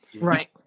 Right